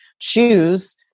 choose